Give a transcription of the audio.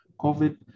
COVID